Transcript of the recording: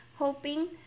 hoping